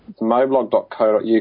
moblog.co.uk